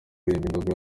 kuririra